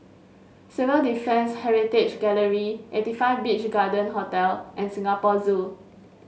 Civil Defence Heritage Gallery eighty five Beach Garden Hotel and Singapore Zoo